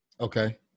Okay